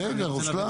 רגע רגע רוסלאן.